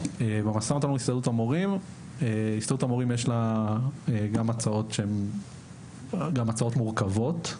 להסתדרות המורים יש גם הצעות מורכבות,